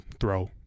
throw